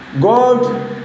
God